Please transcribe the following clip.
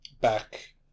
back